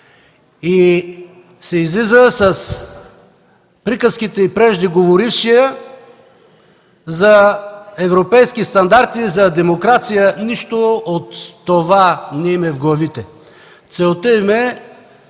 Излиза се с приказките на преждеговорившия за европейски стандарти и за демокрация – нищо от това не им е в главите. Целта им е